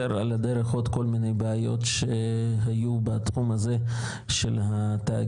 על הדרך עוד כול מיני בעיות שהיו בתחום הזה של התאגידים.